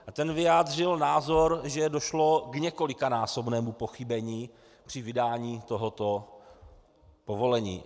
A ten vyjádřil názor, že došlo k několikanásobnému pochybení při vydání tohoto povolení.